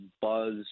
buzz